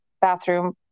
bathroom